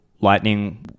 lightning